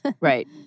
Right